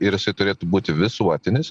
ir turėtų būti visuotinis